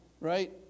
Right